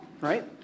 Right